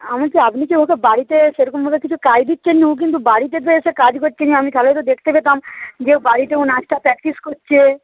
আমি তো আপনি কি ওকে বাড়িতে সেরকমভাবে কিছু কাজ দিচ্ছেন না ও কিন্তু বাড়িতে এসে কাজ করছেনি আমি তাহলে তো দেখতে পেতাম যে বাড়িতে ও নাচটা প্র্যাক্টিস করছে